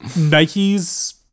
Nike's